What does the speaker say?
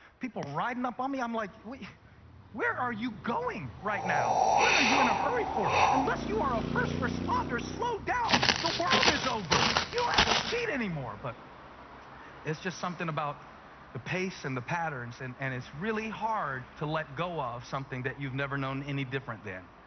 people riding up on me. i'm like, where are you going right now? what are you in a hurry for? unless you are a first responder, slow down. the world is over. you don't have to speed anymore. but it's just something about the pace and the patterns, and and it's really hard to let go of something you've never known any different than.